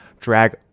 drag